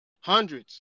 hundreds